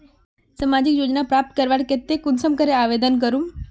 सामाजिक योजना प्राप्त करवार केते कुंसम करे आवेदन करूम?